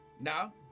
now